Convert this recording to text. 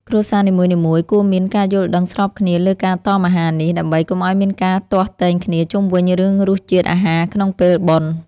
គ្រួសារនីមួយៗគួរមានការយល់ដឹងស្របគ្នាលើការតមអាហារនេះ ដើម្បី កុំឱ្យមានការទាស់ទែងគ្នាជុំវិញរឿងរសជាតិអាហារក្នុងពេលបុណ្យ។